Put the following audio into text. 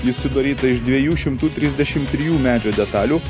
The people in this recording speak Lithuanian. ji sudaryta iš dviejų šimtų trisdešimt trijų medžio detalių